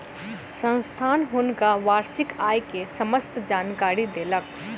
संस्थान हुनका वार्षिक आय के समस्त जानकारी देलक